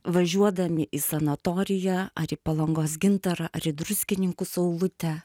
važiuodami į sanatoriją ar į palangos gintarą ar į druskininkų saulutę